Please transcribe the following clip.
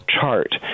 chart